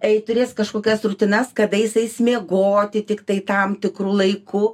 jei turės kažkokias rutinas kada jis eis miegoti tiktai tam tikru laiku